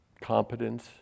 competence